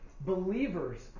Believers